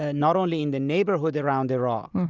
ah not only in the neighborhood around iraq,